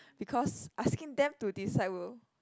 because asking them to decide will